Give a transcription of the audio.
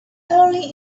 early